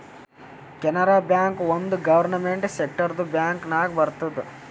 Canara bank ಒಂದ್ government ಸೆಕ್ಟರ್ದು bank ನಾಗ್ ಬರ್ತುದ್